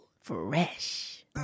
Fresh